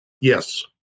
Yes